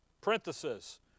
Parenthesis